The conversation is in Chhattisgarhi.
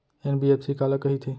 एन.बी.एफ.सी काला कहिथे?